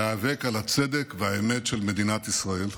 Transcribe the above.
להיאבק על הצדק והאמת של מדינת ישראל.